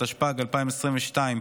התשפ"ג 2022,